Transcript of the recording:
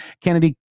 Kennedy